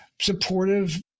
supportive